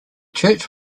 church